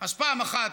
אז פעם אחת,